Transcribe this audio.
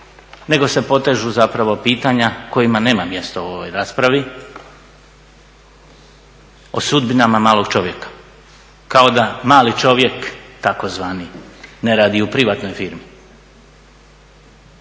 nego se potežu zapravo pitanja kojima nema mjesta u ovoj raspravi, o sudbinama malog čovjeka kao da mali čovjek, tzv. ne radi u privatnoj firmi,